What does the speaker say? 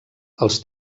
els